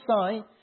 sign